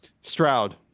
Stroud